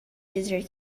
dizer